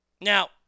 Now